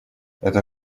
это